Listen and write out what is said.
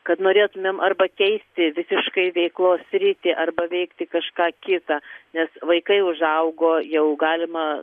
kad norėtumėm arba keisti visiškai veiklos sritį arba veikti kažką kitą nes vaikai užaugo jau galima